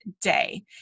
day